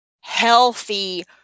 healthy